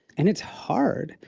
and it's hard.